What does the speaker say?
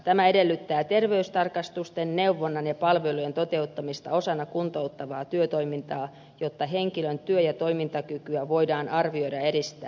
tämä edellyttää terveystarkastusten neuvonnan ja palvelujen toteuttamista osana kuntouttavaa työtoimintaa jotta henkilön työ ja toimintakykyä voidaan arvioida ja edistää